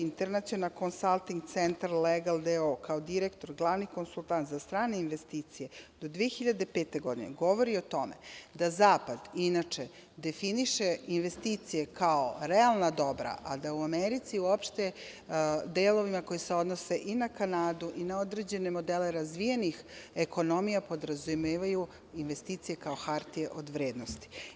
Internacional konsalting centar legal d.o.o. kao direktor glavni konsultant za strane investicije do 2005. godine govori o tome da zapad inače definiše investicije kao realna dobra, a da u Americi i uopšte delovima koji se odnose i na Kanadu i na određene modele razvijenih ekonomija podrazumevaju investicije kao hartije od vrednosti.